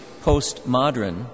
postmodern